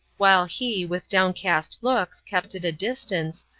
while he, with downcast looks, kept at a distance,